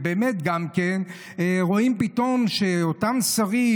ורואים פתאום שאותם שרים,